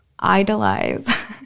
idolize